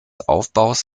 aufbaus